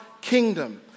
kingdom